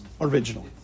original